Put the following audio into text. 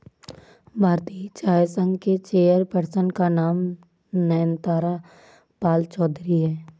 भारतीय चाय संघ के चेयर पर्सन का नाम नयनतारा पालचौधरी हैं